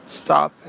stop